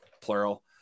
plural